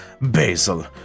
Basil